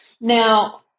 Now